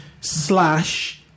slash